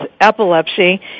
epilepsy